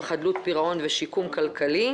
בהצעת חוק חדלון פירעון ושיקום כלכלי,